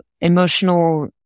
emotional